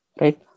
right